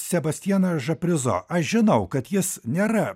sebastianą žaprizo aš žinau kad jis nėra